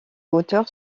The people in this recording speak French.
hauteur